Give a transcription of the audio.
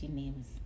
names